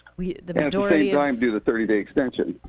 we the majority you know um do the thirty day extension.